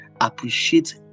appreciate